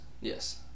Yes